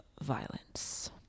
Violence